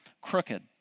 crooked